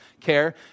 care